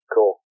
Cool